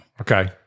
Okay